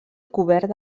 cobert